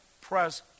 press